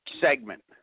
segment